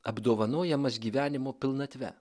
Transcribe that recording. apdovanojamas gyvenimo pilnatve